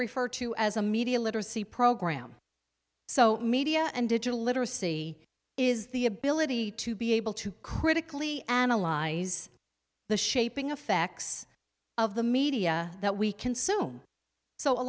refer to as a media literacy program so media and digital literacy is the ability to be able to critically analyze the shaping of facts of the media that we consume so a